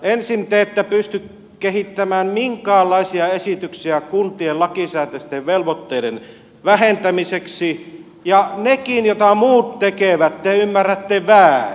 ensin te ette pysty kehittämään minkäänlaisia esityksiä kuntien lakisääteisten velvoitteiden vähentämiseksi ja nekin joita muut tekevät te ymmärrätte väärin